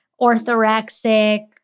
orthorexic